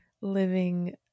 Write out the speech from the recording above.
living